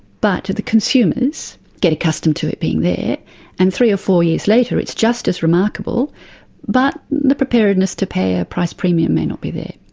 but the consumers get accustomed to it being there and three or four years later it's just as remarkable but the preparedness to pay a price premium may not be there.